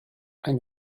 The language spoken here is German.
ein